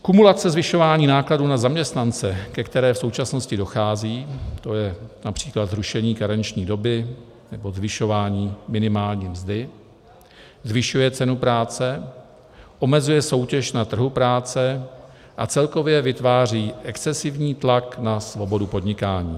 Kumulace zvyšování nákladů na zaměstnance, ke které v současnosti dochází, tj. např. zrušení karenční doby nebo zvyšování minimální mzdy, zvyšuje cenu práce, omezuje soutěž na trhu práce a celkově vytváří excesivní tlak na svobodu podnikání.